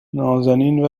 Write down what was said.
نازنین